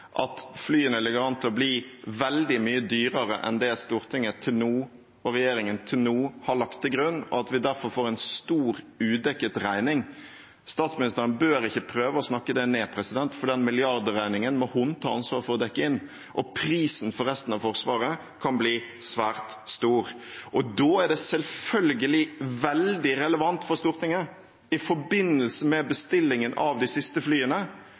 at flyene ligger an til å bli veldig mye dyrere enn det Stortinget og regjeringen til nå har lagt til grunn, og at vi derfor får en stor, udekket regning. Statsministeren bør ikke prøve å snakke det ned, for den milliardregningen må hun ta ansvaret for å dekke inn, og prisen for resten av Forsvaret kan bli svært høy. Da er det selvfølgelig veldig relevant for Stortinget, i forbindelse med bestillingen av de siste flyene,